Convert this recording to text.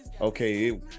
okay